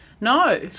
No